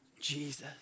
Jesus